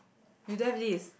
you don't have this